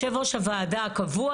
למה מי שיש לו כסף לקנות את החיסון הזה,